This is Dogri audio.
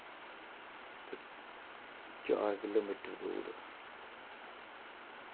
चार किलोमीटर दूर